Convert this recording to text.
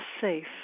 safe